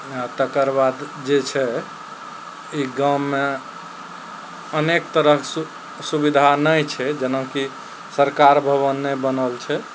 आओर तकर बाद जे छै ई गाममे अनेक तरहक सु सुविधा नहि छै जेनाकि सरकार भवन नहि बनल छै